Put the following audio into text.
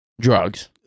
drugs